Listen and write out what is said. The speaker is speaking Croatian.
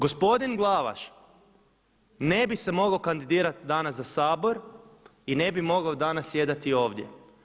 Gospodin Glavaš ne bi se mogao kandidirati danas za Sabor i ne bi mogao danas sjedati ovdje.